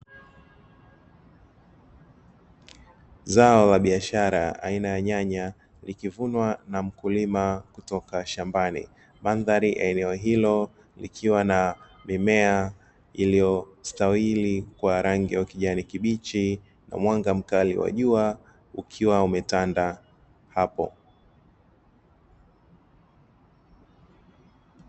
Zao la biashara aina ya nyanya likivunwa na mkulima kutoka shambani, mandhari ya eneo hilo likiwa na mimea iliyostawi kwa rangi ya ukijani kibichi na mwanga mkali wa jua ukiwa umetanda hapo.